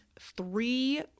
three